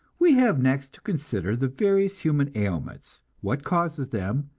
we have next to consider the various human ailments, what causes them,